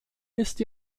ist